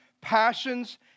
passions